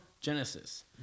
Genesis